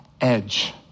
edge